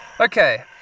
okay